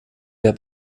der